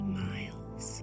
miles